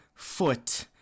foot